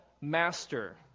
master